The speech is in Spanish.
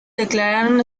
declararon